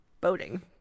Boating